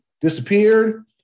disappeared